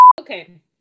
okay